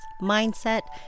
mindset